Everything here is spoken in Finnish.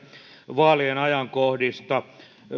vaalien ajankohdista